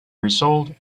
result